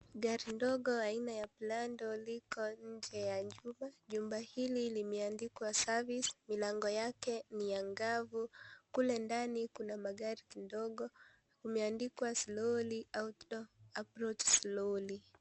Gari ndogo aina ya prado liko nje ya chumba, chumba hili limeandika service , milango yake ni angafu, kule ndani kuna magari kidogo imeandikwa slowly out door ,approch slowly .